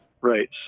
right